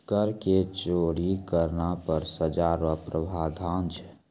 कर के चोरी करना पर सजा रो प्रावधान छै